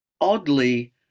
oddly